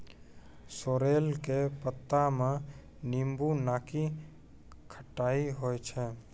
sorrel के पत्ता मॅ नींबू नाकी खट्टाई होय छै